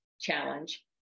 challenge